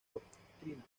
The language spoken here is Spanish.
doctrina